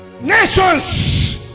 Nations